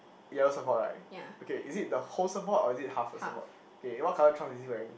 yellow surfboard right okay is it the whole surfboard or is it half the surfboard okay what colour trunks is he wearing